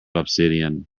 obsidian